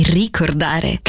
ricordare